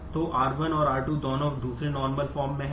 तो R1 और R2 दोनों दूसरे नार्मल फॉर्म भी है